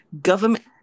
Government